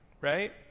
right